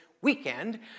weekend